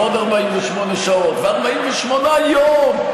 ועוד 48 שעות ו-48 יום.